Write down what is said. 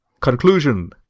Conclusion